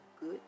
good